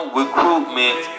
recruitment